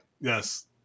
Yes